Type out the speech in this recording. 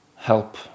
help